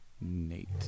Nate